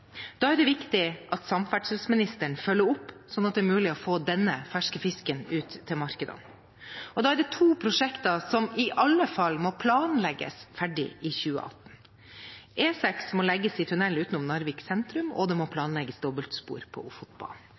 Da er det viktig at samferdselsministeren følger opp, sånn at det er mulig å få denne ferske fisken ut til markedene. Da er det to prosjekter som i alle fall må planlegges ferdig i 2018. E6 må legges i tunnel utenom Narvik sentrum, og det må planlegges dobbeltspor på Ofotbanen,